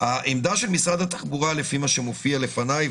העמדה של משרד התחבורה, לפי מה שמופיע בפניי,